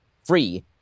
free